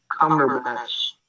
Cumberbatch